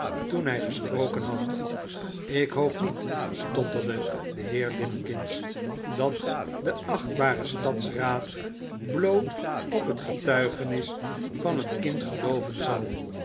toen hij gesproken had ik hoop niet stotterde de heer limbkins dat de achtbare stadsraad bloot op het getuigenis van een kind gelooven zal